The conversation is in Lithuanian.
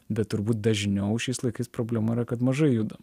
bet turbūt dažniau šiais laikais problema kad mažai judam